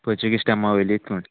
Portuguese टायमा वयलीत म्हूण